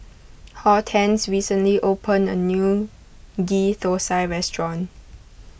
Hortense recently opened a new Ghee Thosai restaurant